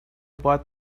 bought